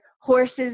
horses